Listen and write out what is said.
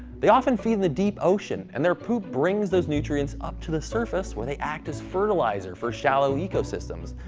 they often feed in the deep ocean, and their poop brings those nutrients up to the surface, where they act as fertilizer for shallow ecosystems.